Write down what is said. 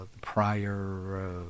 prior